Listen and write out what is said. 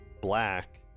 black